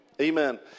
Amen